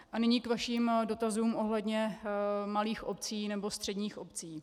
A nyní k vašim dotazům ohledně malých obcí nebo středních obcí.